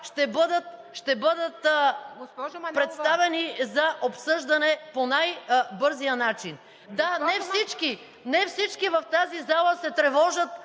…ще бъдат представени за обсъждане по най бързия начин. Да, не всички, не всички в тази зала се тревожат